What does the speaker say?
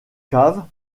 caves